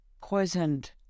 poisoned